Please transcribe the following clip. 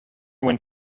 went